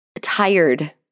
tired